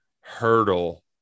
hurdle